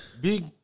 Big